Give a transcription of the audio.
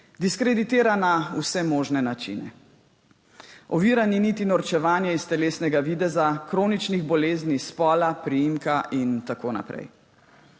diskreditira na vse možne načine. Ovira ni niti norčevanje iz telesnega videza, kroničnih bolezni, spola, priimka in tako naprej.